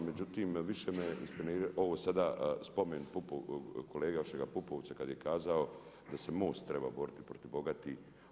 Međutim, više me inspirira ovo sada spomen kolege vašega Pupovca kad je kazao da se MOST treba boriti protiv bogatih.